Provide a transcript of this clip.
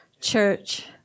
church